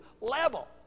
level